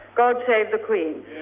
god save the queen.